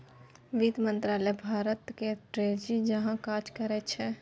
बित्त मंत्रालय भारतक ट्रेजरी जकाँ काज करै छै